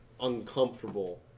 uncomfortable